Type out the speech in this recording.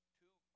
two